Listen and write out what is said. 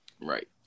Right